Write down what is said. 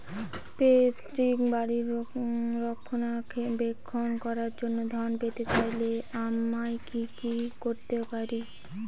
পৈত্রিক বাড়ির রক্ষণাবেক্ষণ করার জন্য ঋণ পেতে চাইলে আমায় কি কী করতে পারি?